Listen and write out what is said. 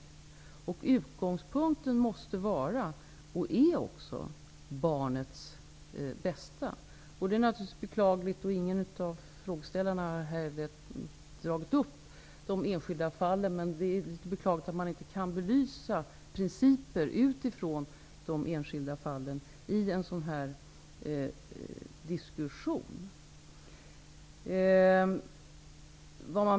Utgångspunkten måste vara, och är också, barnets bästa. Det är naturligtvis beklagligt att man inte i en diskussion kan belysa principer utifrån de enskilda fallen. Ingen av frågeställarna har heller dragit upp de enskilda fallen.